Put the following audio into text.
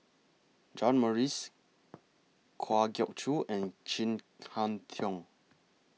John Morrice Kwa Geok Choo and Chin Harn Tong